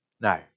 No